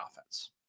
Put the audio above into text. offense